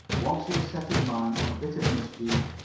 once he had set his mind on a bit of mischief,